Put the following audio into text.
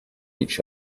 each